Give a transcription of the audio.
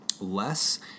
less